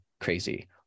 crazy